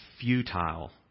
futile